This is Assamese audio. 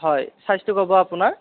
হয় চাইজটো ক'ব আপোনাৰ